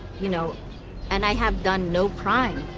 you know and i have done no crime.